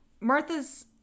Martha's